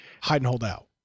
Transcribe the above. hide-and-hold-out